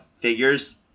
figures